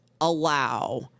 allow